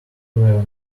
were